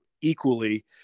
equally